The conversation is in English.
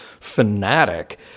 fanatic